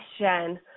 question